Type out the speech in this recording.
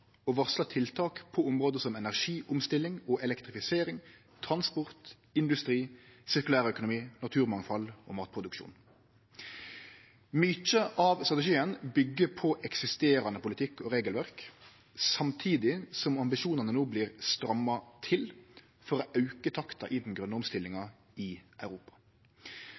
tiltak på område som energiomstilling og elektrifisering, transport, industri, sirkulær økonomi, naturmangfald og matproduksjon. Mykje av strategien byggjer på eksisterande politikk og regelverk samtidig som ambisjonane no vert stramma til for å auke takta i den grøne omstillinga i Europa.